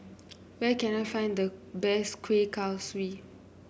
where can I find the best Kueh Kaswi